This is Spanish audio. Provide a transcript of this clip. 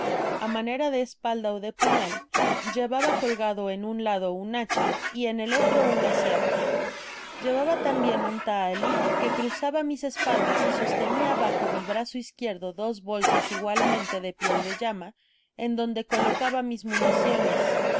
á manera de espada ó de puúal llevaba colgado en un lado un acha y en el otro una sierra llevaba tambien un tahali que cruzaba mis espaldas y sostenia bajo mi brazo izquierdo dos bolsas igualmente de piel de llama en donde colocaba mis municiones